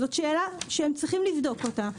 זאת שאלה שהם צריכים לבדוק אותה.